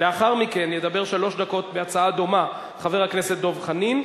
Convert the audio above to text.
לאחר מכן ידבר שלוש דקות בהצעה דומה חבר הכנסת דב חנין.